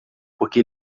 porque